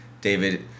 David